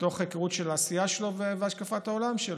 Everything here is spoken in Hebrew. מתוך ההיכרות של העשייה שלו והשקפת העולם שלו,